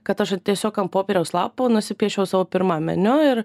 kad aš tiesiog ant popieriaus lapo nusipiešiau savo pirmą meniu ir